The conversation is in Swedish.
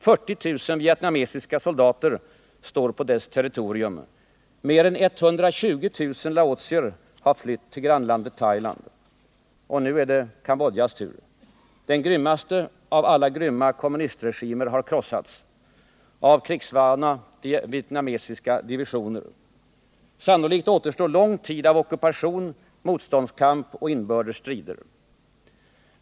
40 000 vietnamesiska soldater står på dess territorium. Mer än 120 000 laotier har flytt till grannlandet Thailand. Och nu är det Kambodjas tur. Den grymmaste av alla grymma kommunistregimer har krossats av krigsvana vietnamesiska divisioner. Sannolikt återstår lång tid av ockupation, motståndskamp och inbördes strider.